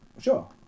sure